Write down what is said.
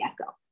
echo